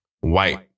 white